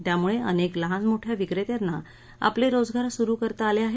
त्यामुळे अनेक लहान मोठ्या विक्रेत्यांना आपले रोजगार सुरू करता आले आहेत